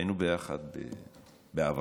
היינו ביחד בעברנו,